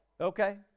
okay